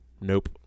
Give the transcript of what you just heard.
Nope